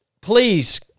Please